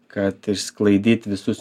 kad išsklaidyt visus